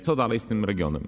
Co dalej z tym regionem?